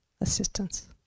assistance